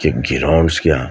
کہ گراؤنڈس کیا